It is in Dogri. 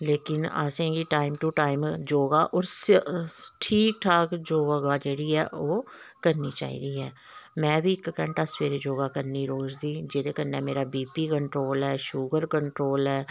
लेकिन असें गी टाइम टू टाइम योगा होर ठीक ठाक योगा कार जेह्ड़ी ऐ ओह् करनी चाहिदी ऐ में बी इक घैंटा सबैह्रे योगा करनी रोज दी जेह्दे कन्नै मेरा बी पी कन्ट्रोल ऐ शुगर कन्ट्रोल ऐ